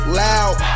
loud